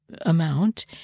amount